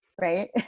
right